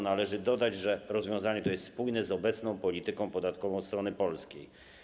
Należy dodać, że rozwiązanie to jest spójne z obecną polityką podatkową strony polskiej.